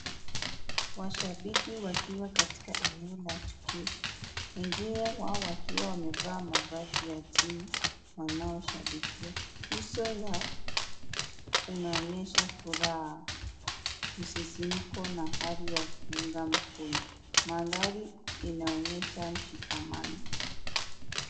Washabiki wakiwa katika eneo la tukio. Wengine wao wakiwa wamevaa mavazi ya timu wanaoshabikia. Uso yao unaonyesha furaha, msisimuko na hali ya kuunga mkono. maandhari inaonyesha mshikamano.